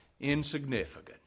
insignificant